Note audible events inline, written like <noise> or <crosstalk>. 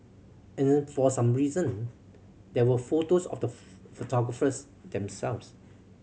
and for some reason there were photos of the <unintelligible> photographers themselves